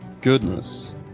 goodness